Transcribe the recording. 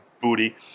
booty